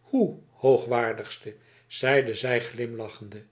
hoe hoogwaardigste zeide zij glimlachende